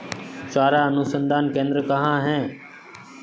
चारा अनुसंधान केंद्र कहाँ है?